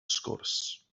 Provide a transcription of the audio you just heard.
sgwrs